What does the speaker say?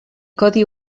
codi